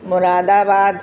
Moradabad